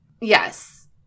yes